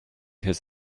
his